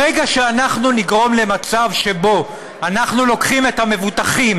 ברגע שנגרום למצב שבו אנחנו לוקחים את המבוטחים